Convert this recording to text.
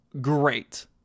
great